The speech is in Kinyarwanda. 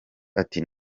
ati